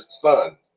son